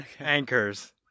anchors